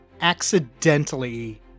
accidentally